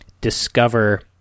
discover